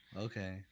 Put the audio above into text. okay